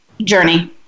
journey